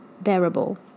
bearable